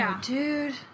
dude